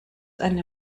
eine